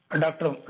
Doctor